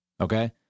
okay